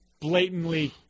blatantly